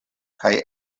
kaj